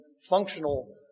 functional